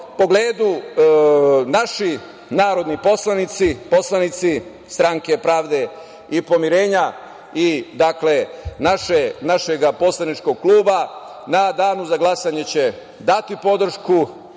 pogledu, naši narodni poslanici, poslanici Stranke pravde i pomirenja, poslanici našeg poslaničkog kluba će u Danu za glasanje dati podršku